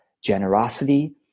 generosity